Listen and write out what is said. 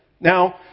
Now